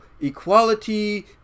equality